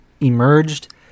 emerged